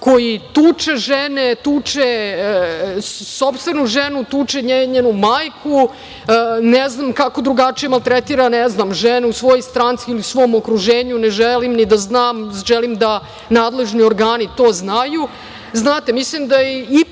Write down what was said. koji tuče žene, tuče sopstvenu ženu, tuče njenu majku, ne znam kako drugačije maltretira ženu u svojoj stranci ili svom okruženju, ne želim ni da znam, želim da nadležni organi to znaju. Znate,